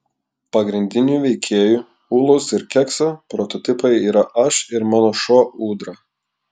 pagrindinių veikėjų ūlos ir kekso prototipai yra aš ir mano šuo ūdra